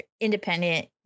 independent